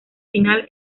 final